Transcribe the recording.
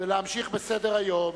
ולהמשיך בסדר-היום.